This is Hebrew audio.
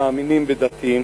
מאמינים ודתיים,